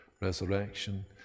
resurrection